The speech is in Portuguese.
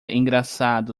engraçado